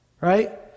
right